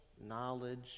knowledge